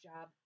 job